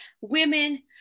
women